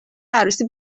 عروسی